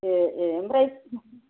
ए ए ओमफ्राय